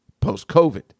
post-COVID